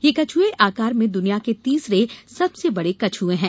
ये कछुए आकार में दुनिया के तीसरे सबसे बड़े कछुए हैं